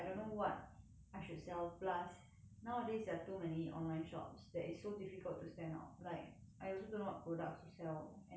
I should sell plus nowadays there are too many online shops that it's so difficult to stand out like I also don't know what products to sell and how to market it